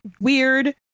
weird